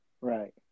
Right